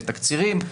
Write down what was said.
בתקצירים,